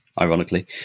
ironically